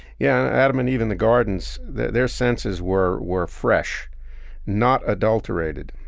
yeah, adam and eve in the gardens, their their senses were were fresh not adulterated.